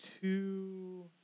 two